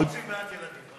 או שרוצים מעט ילדים.